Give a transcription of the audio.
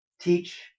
Teach